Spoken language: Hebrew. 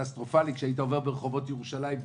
קטסטרופלי כי כשהיית עובר ברחובות ירושלים,